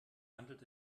handelt